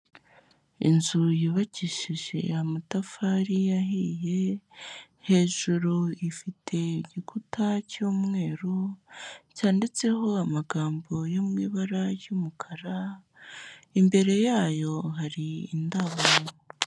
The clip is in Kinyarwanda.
Inzu yubakishije amatafari ahiye, hejuru ifite igikuta cy'umweru, cyanditseho amagambo yo mu ibara ry'umukara, imbere yayo hari indabo.